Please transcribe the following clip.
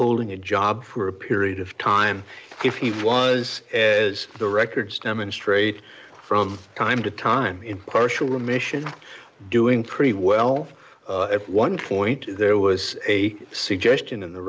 holding a job for a period of time if he was as the records demonstrate from time to time in partial remission doing pretty well if one point there was a suggestion in the